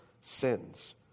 sins